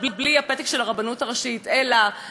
אלא מיזם כזה או אחר,